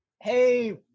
Hey